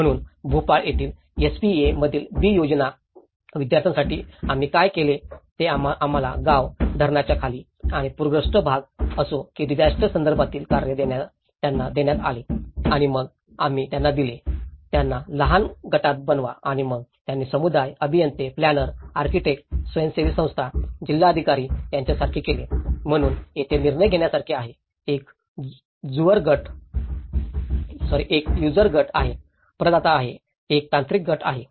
म्हणून भोपाळ येथील SPA मधील B योजना विद्यार्थ्यांसाठी आम्ही काय केले ते आम्हाला गाव धरणाच्या खाली आणि पूरग्रस्त भाग असो की डिजास्टर संदर्भातील कार्य त्यांना देण्यात आले आणि मग आम्ही त्यांना दिले त्यांना लहान गटात बनवा आणि मग आम्ही समुदाय अभियंते प्लॅनर आर्किटेक्ट स्वयंसेवी संस्था जिल्हाधिकारी यांच्यासारखे केले म्हणून तेथे निर्णय घेण्यासारखे आहे एक युजर गट आहे प्रदाता गट आहे एक तांत्रिक गट आहे